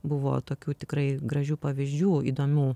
buvo tokių tikrai gražių pavyzdžių įdomių